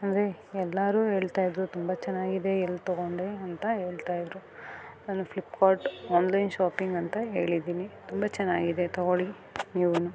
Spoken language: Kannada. ಅಂದರೆ ಎಲ್ಲರು ಹೇಳ್ತಾಯಿದ್ರು ತುಂಬ ಚೆನ್ನಾಗಿದೆ ಎಲ್ಲಿ ತಗೊಂಡೆ ಅಂತ ಹೇಳ್ತಾಯಿದ್ರು ನಾನು ಫ್ಲಿಪ್ಕಾರ್ಟ್ ಆನ್ಲೈನ್ ಶಾಪಿಂಗ್ ಅಂತ ಹೇಳಿದ್ದೀನಿ ತುಂಬ ಚೆನ್ನಾಗಿದೆ ತಗೋಳಿ ನೀವೂ